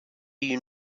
you